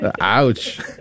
Ouch